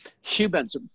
humans